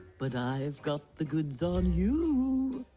but i've got the goods on you